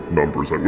numbers